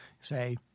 Say